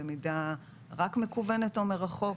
למידה רק מקוונת אומר החוק,